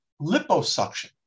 liposuction